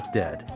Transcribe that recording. dead